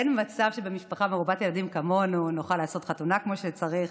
אין מצב שבמשפחה מרובת ילדים כמונו נוכל לעשות חתונה כמו שצריך,